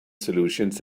solutions